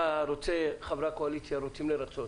חברי הקואליציה רוצים לרצות